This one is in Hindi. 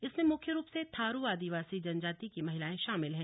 इसमें मुख्य रूप से थारू आदिवासी जनजाति की महिलाएं शामिल हैं